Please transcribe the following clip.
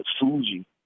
Fuji